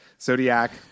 Zodiac